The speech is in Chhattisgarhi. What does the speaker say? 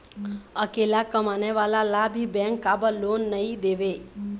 अकेला कमाने वाला ला भी बैंक काबर लोन नहीं देवे?